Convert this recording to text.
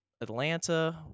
Atlanta